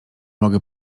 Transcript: mogę